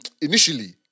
initially